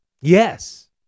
Yes